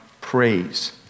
praise